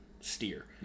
steer